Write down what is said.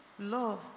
Love